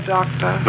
Doctor